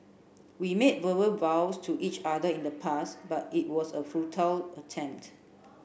we made verbal vows to each other in the past but it was a futile attempt